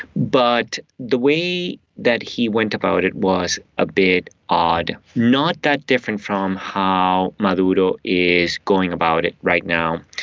but the way that he went about it was a bit odd, not that different from how maduro is going about it right now.